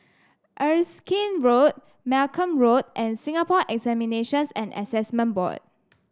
Erskine Road Malcolm Road and Singapore Examinations and Assessment Boy